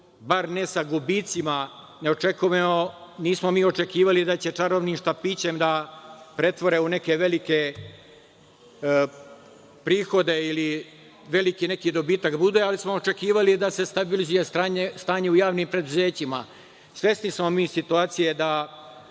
bar ne sa gubicima. Nismo mi očekivali da će čarobnim štapićem da pretvore u neke velike prihode ili veliki neki dobitak da bude, ali smo očekivali da se stabilizuje stanje u javnim preduzećima. Svesni smo mi situacije da